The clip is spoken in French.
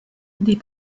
des